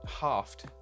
halved